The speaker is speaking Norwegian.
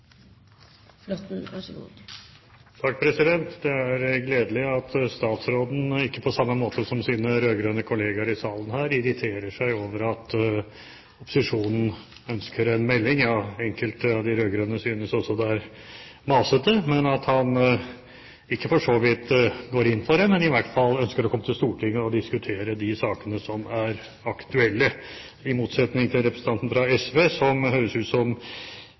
kommer så langt. Det er gledelig at statsråden ikke på samme måte som sine rød-grønne kollegaer i salen her irriterer seg over at opposisjonen ønsker en melding – ja, enkelte av de rød-grønne synes også det er masete – men statsråden går for så vidt ikke inn for det, men han ønsker i hvert fall å komme tilbake til Stortinget for å diskutere de sakene som er aktuelle, i motsetning til representanten fra SV, som høres ut som